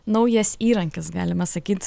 naujas įrankis galima sakyt